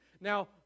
Now